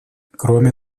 кроме